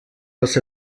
les